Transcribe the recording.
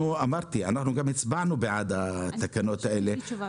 אמרתי שגם הצבענו בעד התקנות האלה.